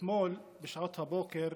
אתמול בשעות הבוקר